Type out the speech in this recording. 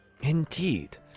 Indeed